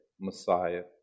Messiah